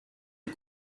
les